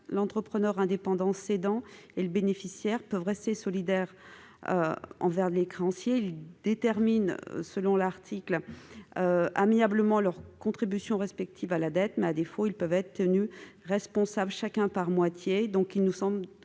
l'entrepreneur indépendant cédant et le bénéficiaire peuvent rester solidaires envers certains créanciers. Ils déterminent amiablement leur contribution respective à la dette, mais, à défaut, ils peuvent être tenus chacun par moitié.